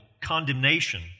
condemnation